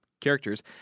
characters